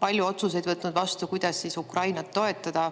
palju otsuseid, kuidas Ukrainat toetada,